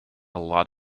lot